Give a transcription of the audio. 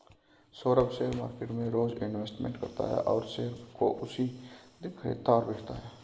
Saurabh share market में रोज investment करता है और शेयर को उसी दिन खरीदता और बेचता है